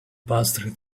pastry